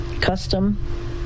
Custom